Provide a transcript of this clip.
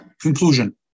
Conclusion